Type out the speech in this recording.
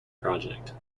project